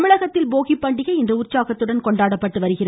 தமிழகத்தில் போகிப்பண்டிகை இன்று உற்சாகத்துடன் கொண்டாடப்படுகிறது